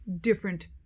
different